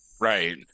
right